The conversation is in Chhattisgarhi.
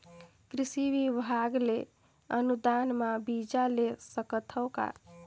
कृषि विभाग ले अनुदान म बीजा ले सकथव का?